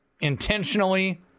intentionally